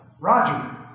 Roger